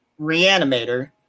Reanimator